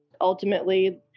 Ultimately